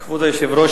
כבוד היושב-ראש,